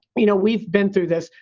you know, we've been through this.